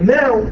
now